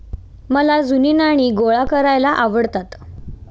मला जुनी नाणी गोळा करायला आवडतात